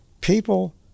People